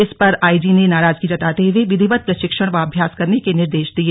इस पर आईजी ने नाराजगी जताते हुए विधिवत प्रशिक्षण व अभ्यास करने के निर्देश दिए